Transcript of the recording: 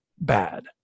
bad